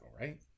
right